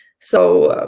so,